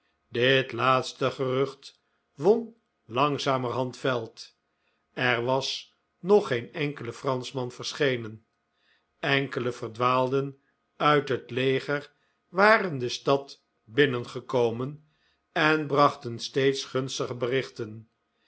dit laatste gerucht won langzamerhand veld er was nog geen enkele franschman verschenen enkele verdwaalden uit het leger waren de stad binnengekomen en brachten steeds gunstiger berichten